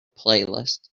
playlist